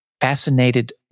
fascinated